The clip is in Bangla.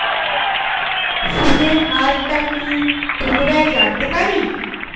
সুদের হার টা কি পুনরায় জানতে পারি?